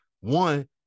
one